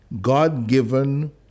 God-given